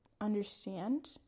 understand